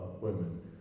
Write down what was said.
women